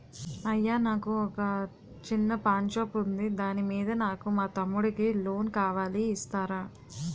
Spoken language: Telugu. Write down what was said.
అయ్యా నాకు వొక చిన్న పాన్ షాప్ ఉంది దాని మీద నాకు మా తమ్ముడి కి లోన్ కావాలి ఇస్తారా?